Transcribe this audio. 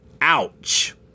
Ouch